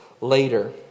later